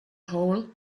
hole